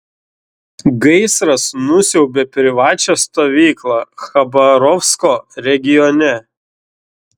gaisras nusiaubė privačią stovyklą chabarovsko regione